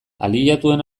aliatuen